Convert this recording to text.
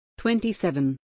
27